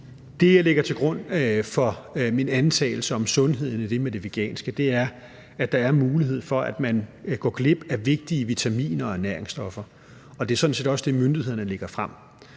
Det, jeg lægger til grund for min antagelse om sundheden i det med det veganske, er, at der er mulighed for, at man går glip af vigtige vitaminer og næringsstoffer. Og det er sådan set også det, myndighederne lægger frem.